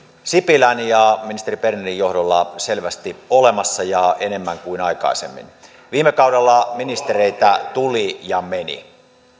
sipilän ja ministeri bernerin johdolla selvästi olemassa ja enemmän kuin aikaisemmin viime kaudella ministereitä tuli ja meni